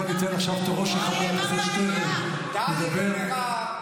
בואו ניתן לחבר הכנסת שטרן לדבר עכשיו.